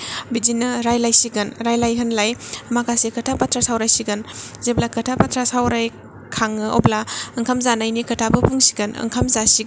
बिदिनो रायलायसिगोन रायलाय होनलाय माखासे खोथा बाथ्रा सावरायसिगोन जेब्ला खोथा बाथ्रा सावराय खाङो अब्ला ओंखाम जानायनि खोथाखौ बुंसिगोन ओंखाम जासिगोन